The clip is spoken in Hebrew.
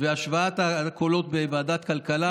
והשוואת קולות בוועדת כלכלה